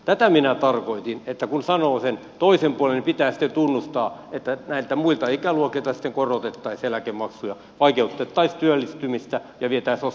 tätä minä tarkoitin että kun sanoo sen toisen puolen niin pitää tunnustaa että näiltä muilta ikäluokilta sitten korotettaisiin eläkemaksuja vaikeutettaisiin työllistymistä ja vietäisiin ostovoimaa